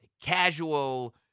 casual